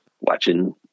watching